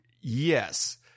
yes